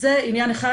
זה עניין אחד,